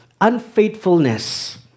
unfaithfulness